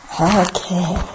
Okay